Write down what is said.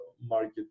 market